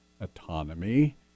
autonomy